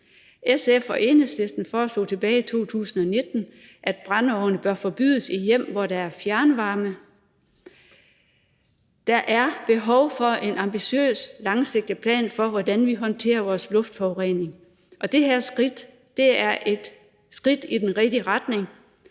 SF og Enhedslisten foreslog tilbage i 2019, at brændeovne bør forbydes i hjem, hvor der er fjernvarme. Der er behov for en ambitiøs og langsigtet plan for, hvordan vi håndterer vores luftforurening, og det her skridt er et skridt i den rigtige retning.